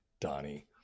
Donnie